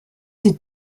sie